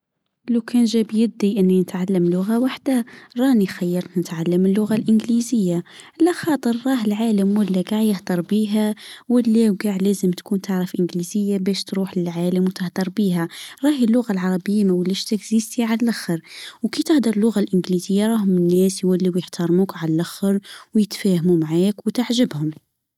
لو كان جابيدي اني اتعلم لغة واحدة راني خيرت نتعلم اللغة الإنجليزية لخاطر راه العالم ولا كاع يهضر بها ولا لو كاع لازم تكون تعرف انجليزية باش تروح للعالم وتهضر بها راهي اللغة العربية ما ولاش وكي تهضر اللغة الإنجليزية راهم الناس يولو يحتارموك عاللخر ويتفاهمو معاك وتعجبهم